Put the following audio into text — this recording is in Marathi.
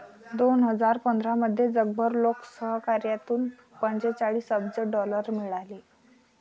दोन हजार पंधरामध्ये जगभर लोकसहकार्यातून पंचेचाळीस अब्ज डॉलर मिळाले